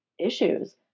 issues